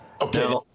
Okay